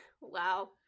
Wow